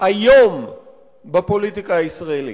איום בפוליטיקה הישראלית.